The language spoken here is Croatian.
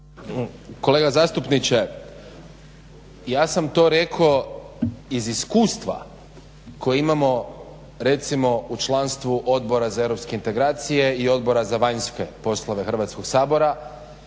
Kolega zastupniče ja sam to rekao iz iskustva koje imamo recimo u članstvu Odbora za europske integracije i Odbora za vanjske poslove Hrvatskog sabora